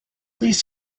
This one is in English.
please